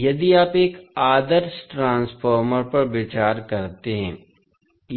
यदि आप एक आदर्श ट्रांसफार्मर पर विचार करते हैं